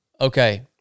Okay